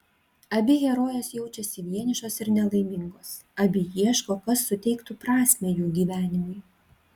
abi herojės jaučiasi vienišos ir nelaimingos abi ieško kas suteiktų prasmę jų gyvenimui